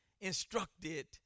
instructed